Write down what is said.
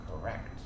correct